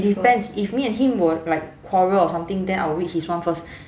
depends if me and him were like quarrel or something then I'll read his one first